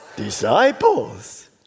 Disciples